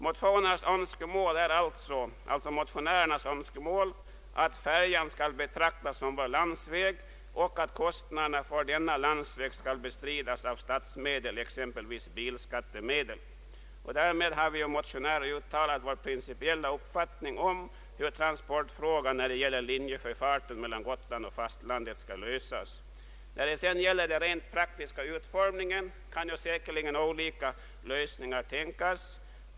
Motionärernas önskemål är alltså att färjan skall betraktas som landsväg och att kostnaderna för denna landsväg skall bestridas med statsmedel, exempelvis bilskattemedel. Därmed har vi uttalat vår principiella uppfattning om hur transportfrågan när det gäller linjesjöfarten mellan Gotland och fastlandet skall lösas. Vad sedan angår den rent praktiska utformningen kan säkerligen olika lösningar tänkas.